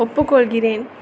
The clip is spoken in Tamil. ஒப்புக்கொள்கிறேன்